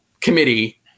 committee